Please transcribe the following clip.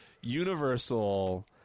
universal